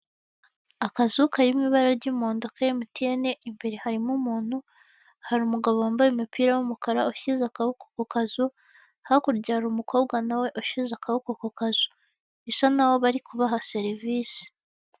Akazu kari mu ibara ry'umuhondo ka emutiyene, imbere harimo umuntu hari umugabo wambaye umupira w'umukara ushyize akaboko ku kazu, hakurya hari umukobwa nawe ushyize akaboko ku kazu, bisa n'aho bari kubaha serivisi.